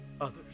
others